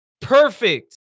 perfect